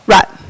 Right